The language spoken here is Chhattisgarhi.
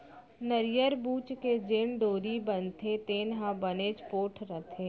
नरियर बूच के जेन डोरी बनथे तेन ह बनेच पोठ रथे